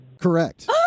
correct